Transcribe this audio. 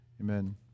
Amen